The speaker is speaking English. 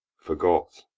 forgot